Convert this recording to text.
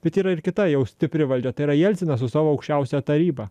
bet yra ir kita jau stipri valdžia tai yra jelcinas su savo aukščiausiąja taryba